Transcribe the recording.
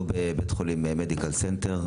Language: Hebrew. לא בבית חולים מדיקל סנטר,